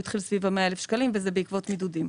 הוא התחיל סביב ה-100,000 ₪ וזה בעקבות מידודים.